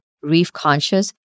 reef-conscious